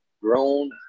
grown